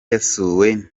yasuwe